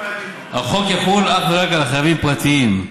החוק יחול אך ורק על חייבים פרטיים,